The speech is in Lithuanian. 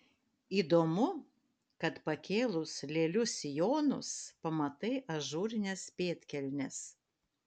įdomu kad pakėlus lėlių sijonus pamatai ažūrines pėdkelnes